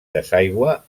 desaigua